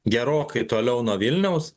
gerokai toliau nuo vilniaus